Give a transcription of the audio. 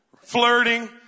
flirting